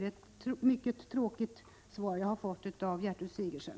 Det är ett mycket tråkigt svar som jag har fått av Gertrud Sigurdsen.